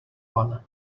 one